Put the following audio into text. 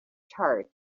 charred